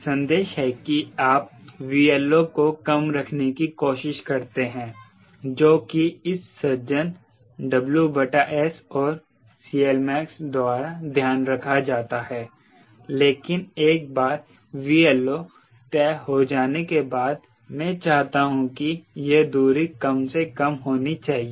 संदेश है कि आप 𝑉LO को कम रखने की कोशिश करते हैं जो कि इस सज्जन WS और CLmax द्वारा ध्यान रखा जाता है लेकिन एक बार 𝑉LO तय हो जाने के बाद मैं चाहता हूं कि यह दूरी कम से कम होनी चाहिए